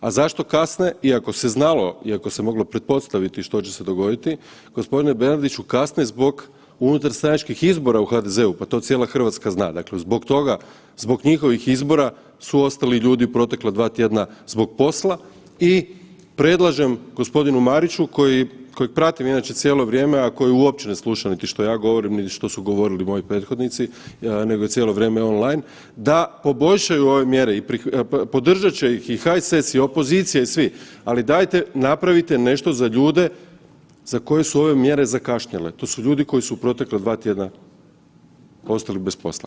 A zašto kasne iako se znalo, iako se moglo pretpostaviti što će se dogoditi, gospodine Bernardiću kasne zbog unutarstranačkih izbora u HDZ-u, pa to cijela Hrvatska zna, dakle zbog toga zbog njihovih izbora su ostali ljudi u protekla dva tjedna zbog posla i predlažem gospodinu Mariću kojeg pratim inače cijelo vrijeme, a koji uopće ne sluša niti što ja govorim, niti što su govorili moji prethodnici nego je cijelo vrijeme on line, da poboljšaju ove mjere i podržat će ih i HSS i opozicija i svi, ali dajte napravite nešto za ljude za koje su ove mjere zakašnjele, to su ljudi koji su u protekla dva tjedna ostali bez posla.